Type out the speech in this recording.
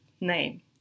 name